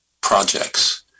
projects